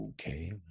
Okay